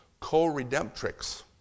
co-redemptrix